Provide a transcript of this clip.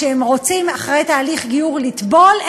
כשהם רוצים אחרי תהליך גיור לטבול,